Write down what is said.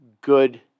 good